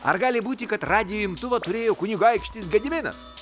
ar gali būti kad radijo imtuvą turėjo kunigaikštis gediminas